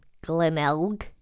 glenelg